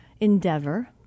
endeavor